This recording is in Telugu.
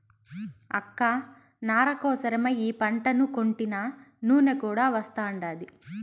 అక్క నార కోసరమై ఈ పంటను కొంటినా నూనె కూడా వస్తాండాది